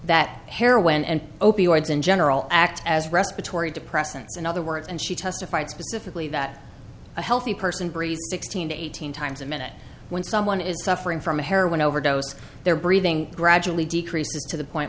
that heroin and opioids in general act as respiratory depressants in other words and she testified specifically that a healthy person breeze sixteen to eighteen times a minute when someone is suffering from a heroin overdose their breathing gradually decreases to the point